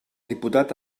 diputat